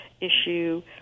issue